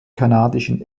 kanadischen